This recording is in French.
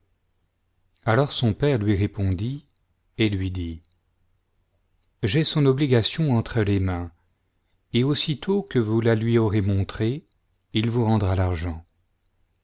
alors son père lui répondit et lui dit j'ai son obligation entre les mains et aussitôt que vous la lui aurez montrée il vous rendra l'argent